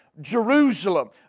Jerusalem